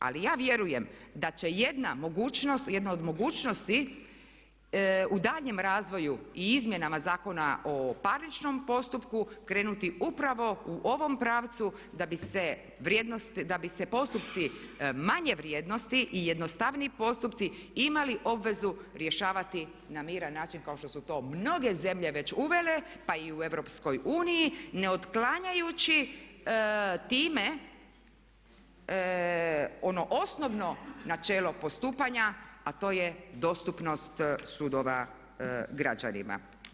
Ali ja vjerujem da će jedna od mogućnosti u daljnjem razvoju i izmjenama Zakona o parničnom postupku krenuti upravo u ovom pravcu da bi se postupci manje vrijednosti i jednostavniji postupci imali obvezu rješavati na miran način kao što su to mnoge zemlje već uvele pa i u EU ne otklanjajući time ono osnovno načelo postupanja, a to je dostupnost sudova građanima.